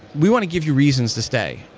we want to give you reasons to stay,